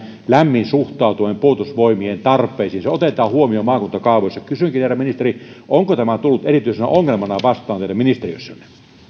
lämmin suhtautuminen puolustusvoimien tarpeisiin se otetaan huomioon maakuntakaavoissa kysynkin herra ministeri onko tämä tullut erityisenä ongelmana vastaan teidän ministeriössänne